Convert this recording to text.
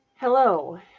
Hello